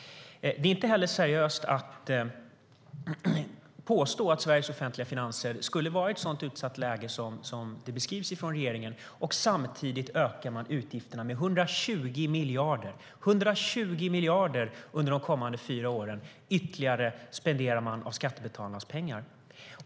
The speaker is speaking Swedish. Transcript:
Det är inte heller seriöst att påstå att Sveriges offentliga finanser skulle vara i ett sådant utsatt läge som det beskrivs från regeringen när man samtidigt ökar utgifterna med 120 miljarder under de kommande fyra åren. 120 miljarder ytterligare spenderar man av skattebetalarnas pengar.